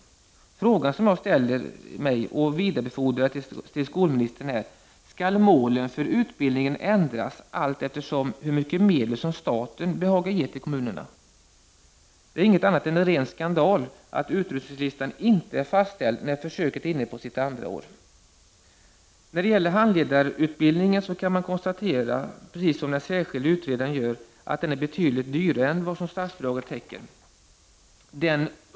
Frågan som jag ställer mig och vidarbefordrar till skolministern är: Skall målen för utbildningen ändras allteftersom hur mycket medel staten behagar ge till kommunen? Det är inget annat än skandal att utrustningslistan inte är fastställd när försöket är inne på sitt andra år. När det gäller handledarutbildningen kan man konstatera, precis som den särskilde utredaren gör, att den är betydligt dyrare än vad statsbidraget ger täckning för.